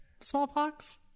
smallpox